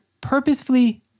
purposefully